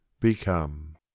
become